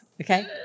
Okay